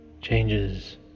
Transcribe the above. changes